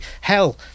Hell